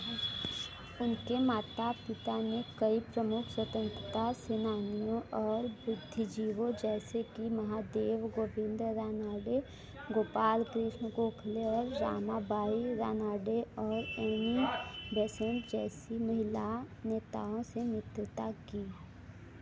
उनके माता पिता ने कई प्रमुख स्वतंत्रता सेनानियों और बुद्धिजीवों जैसे कि महादेव गोविंद रानाडे गोपाल कृष्ण गोखले और रमाबाई रानाडे और एनी बेसेंट जैसी महिला नेताओं से मित्रता की